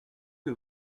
que